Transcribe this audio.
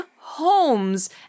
homes